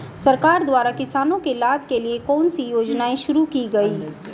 सरकार द्वारा किसानों के लाभ के लिए कौन सी योजनाएँ शुरू की गईं?